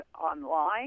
online